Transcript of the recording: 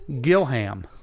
Gilham